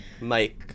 Mike